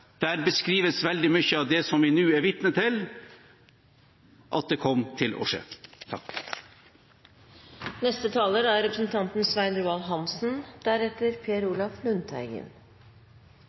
Der beskrives veldig mye av det som vi nå er vitne til – som de sa kom til å skje.